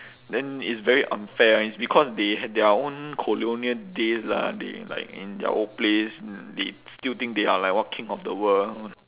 then it's very unfair it's because they their own colonial days ah they like in their old place they still think they are like what king of the world